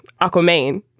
Aquaman